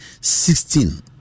sixteen